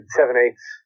seven-eighths